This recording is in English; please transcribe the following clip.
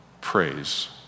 Praise